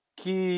que